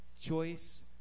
Choice